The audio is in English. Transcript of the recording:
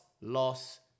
loss